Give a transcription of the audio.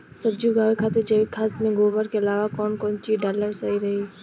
सब्जी उगावे खातिर जैविक खाद मे गोबर के अलाव कौन कौन चीज़ डालल सही रही?